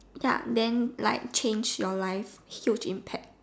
ya then like change your life huge impact